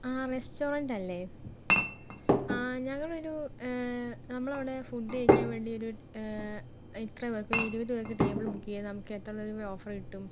ആ റസ്റ്റോറൻറ്റ് അല്ലേ ആ ഞങ്ങൾ ഒരു നമ്മളവിടെ ഫുഡ് കഴിക്കാൻ വേണ്ടിയൊരു ഇത്ര പേർക്ക് ഒരു ഇരുപത് പേർക്ക് ടേബിള് ബുക്ക് ചെയ്താൽ നമുക്ക് എത്ര രൂപ ഓഫറ് കിട്ടും